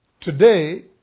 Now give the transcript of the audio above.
Today